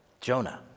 Jonah